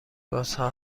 بازها